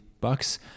bucks